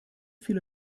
viele